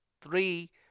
three